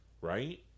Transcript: Right